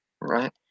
right